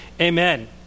Amen